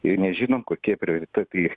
ir nežinom kokie prioritetai